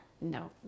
no